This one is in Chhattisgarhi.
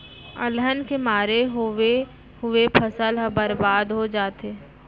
अलहन के मारे होवे हुवाए फसल ह बरबाद हो जाथे